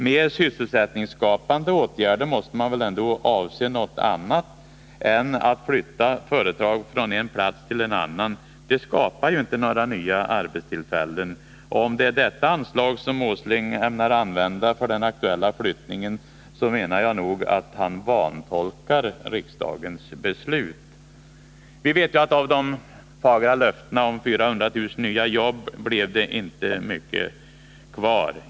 Med sysselsättningsskapande åtgärder måste man väl ändå avse något annat än att flytta företag från en plats till en annan. Det skapar ju inte några nya arbetstillfällen. Om det är detta anslag som Nils Åsling ämnar använda för den aktuella flyttningen, anser jag att han vantolkar riksdagens beslut. Vi vet ju att av de fagra löftena om 400 000 nya jobb blev inte mycket kvar.